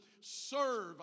serve